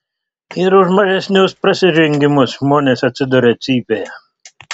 ir už mažesnius prasižengimus žmonės atsiduria cypėje